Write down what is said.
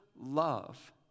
love